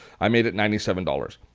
i made it ninety seven dollars.